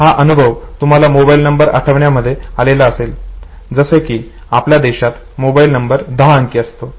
हा अनुभव तुम्हाला मोबाईल नंबर आठवण्यामध्ये आलेला असेल जसे कि आपल्या देशात मोबाईल नंबर दहा अंकी असतो